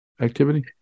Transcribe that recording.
activity